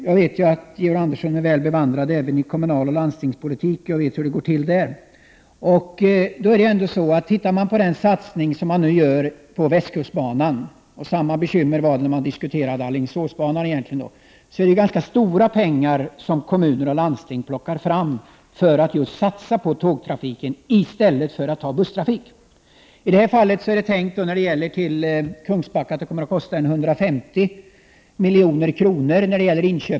Jag vet att Georg Andersson är väl bevandrad även i kommunaloch landstingspolitik. Också jag vet hur det går till där. Om man ser till den satsning som man nu gör på västkustbanan — bekymret var detsamma när man diskuterade Alingsåsbanan — rör det sig om ganska stora pengar som kommuner och landsting bidrar med i syfte att satsa just på tågtrafiken i stället för att satsa på busstrafik. När det gäller tågtrafiken till Kungsbacka kommer inköpen av tåg att kosta 150 milj.kr.